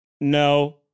No